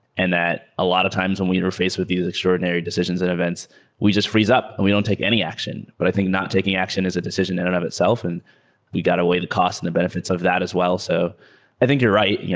and that a lot of times when we interface with these extraordinary decisions and events we just freeze up and we don't take any action. but i think not taking action is a decision in and of itself, and you got away the cost and the benefits of that as well. so i think you're right.